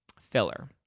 filler